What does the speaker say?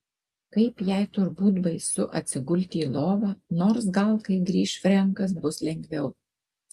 kaip jai turbūt baisu atsigulti į lovą nors gal kai grįš frenkas bus lengviau